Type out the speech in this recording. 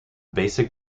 basic